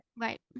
Right